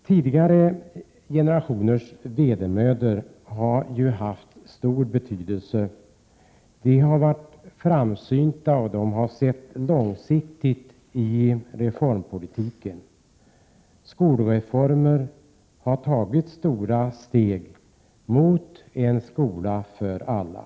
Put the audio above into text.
Tidigare generationer har varit framsynta och sett långsiktigt i sin reformpolitik. Deras vedermödor har inte varit utan betydelse. Skolreformer har inneburit stora steg mot en skola för alla.